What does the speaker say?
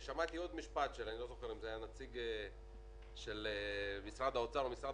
שמעתי עוד משפט אני לא זוכר אם זה היה נציג של משרד האור או משרד